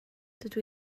dydw